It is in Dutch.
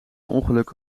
ongeluk